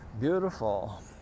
beautiful